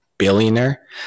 Billionaire